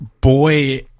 boy